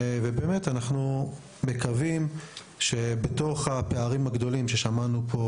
אנחנו מקווים שבתוך הפערים הגדולים ששמענו פה,